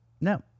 No